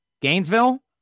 Gainesville